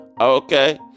Okay